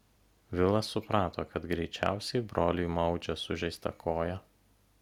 vilas suprato kad greičiausiai broliui maudžia sužeistą koją